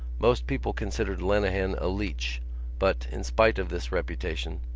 most people considered lenehan a leech but, in spite of this reputation,